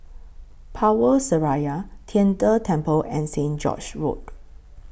Power Seraya Tian De Temple and St George's Road